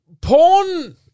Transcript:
Porn